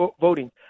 voting